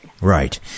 Right